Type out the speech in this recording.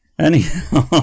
Anyhow